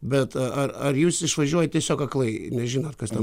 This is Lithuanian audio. bet ar ar jūs išvažiuojat tiesiog aklai nežinot kas ten